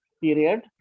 period